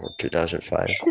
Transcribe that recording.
2005